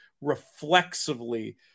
reflexively